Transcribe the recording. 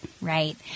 Right